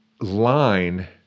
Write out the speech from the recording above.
line